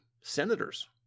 senators